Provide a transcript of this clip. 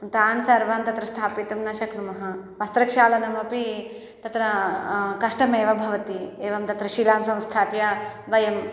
तान् सर्वान् तत्र स्थापितुं न शक्नुमः वस्त्रक्षालनमपि तत्र कष्टमेव भवति एवं तत्र शिलां संस्थाप्य वयम्